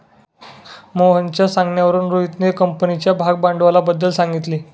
मोहनच्या सांगण्यावरून रोहितने कंपनीच्या भागभांडवलाबद्दल सांगितले